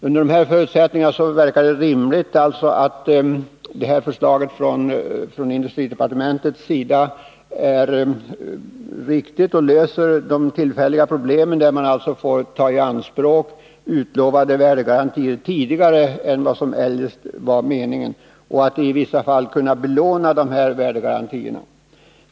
Under de här förutsättningarna är industridepartementets förslag rimligtvis riktigt. Man löser de tillfälliga problemen. Man får alltså ta utlovade värdegarantier i anspråk tidigare än som eljest var meningen. I vissa fall kan värdegarantierna också belånas.